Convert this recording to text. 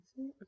Okay